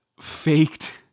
faked